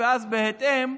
ובהתאם,